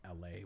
LA